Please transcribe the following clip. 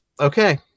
Okay